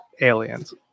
aliens